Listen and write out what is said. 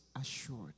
assured